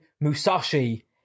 Musashi